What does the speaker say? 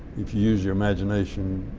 if you used your imagination,